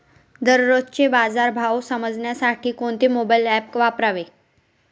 दररोजचे बाजार भाव समजण्यासाठी कोणते मोबाईल ॲप वापरावे?